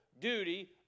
duty